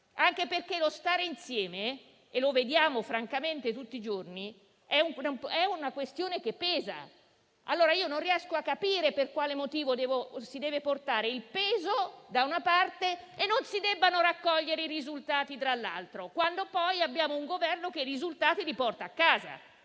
anche perché lo stare insieme, come vediamo tutti i giorni, è una questione che pesa. Non riesco a capire per quale motivo si debba portare il peso, da una parte, e non si debbano raccogliere i risultati, dall'altra, quando poi abbiamo un Governo che i risultati li porta a casa